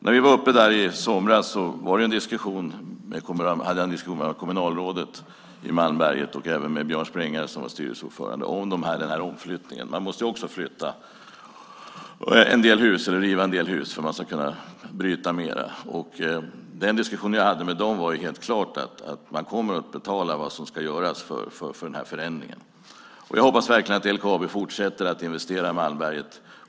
När vi var där i somras hade jag en diskussion med kommunalrådet i Malmberget och även med Björn Sprängare, som var styrelseordförande, om omflyttningen. Man måste också riva en del hus för att kunna bryta mera. Den diskussionen jag hade med dem var att man helt klart kommer att betala vad som ska göras för förändringen. Jag hoppas verkligen att LKAB fortsätter att investera i Malmberget.